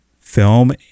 film